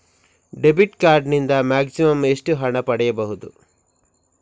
Debit card ನಿಂದ maximum ಎಷ್ಟು ಹಣ ಪಡೆಯಬಹುದು?